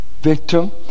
victim